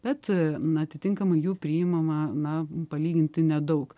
bet na atitinkamai jų priimama na palyginti nedaug